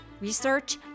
Research